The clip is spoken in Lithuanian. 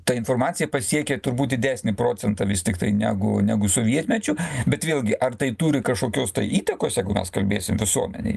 ta informacija pasiekė turbūt didesnį procentą vis tiktai negu negu sovietmečiu bet vėlgi ar tai turi kažkokios įtakos jeigu mes kalbėsim visuomenei